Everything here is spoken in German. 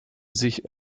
sich